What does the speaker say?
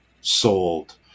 sold